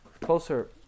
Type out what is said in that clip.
closer